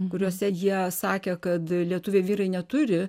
kuriuose jie sakė kad lietuviai vyrai neturi